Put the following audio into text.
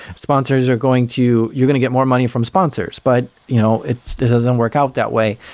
sponsors are going to you're going to get more money from sponsors. but you know it doesn't work out that way,